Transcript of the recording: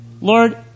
Lord